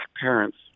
parents